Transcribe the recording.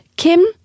Kim